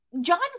John